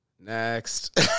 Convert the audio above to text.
Next